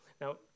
Now